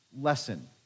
lesson